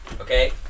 Okay